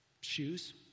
Shoes